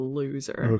loser